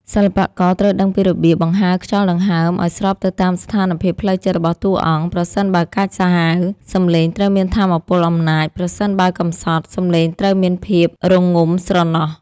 សិល្បករត្រូវដឹងពីរបៀបបង្ហើរខ្យល់ដង្ហើមឱ្យស្របទៅតាមស្ថានភាពផ្លូវចិត្តរបស់តួអង្គ ប្រសិនបើកាចសាហាវ សំឡេងត្រូវមានថាមពលអំណាច ប្រសិនបើកំសត់ សំឡេងត្រូវមានភាពរងំស្រណោះ។